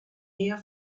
hare